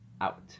out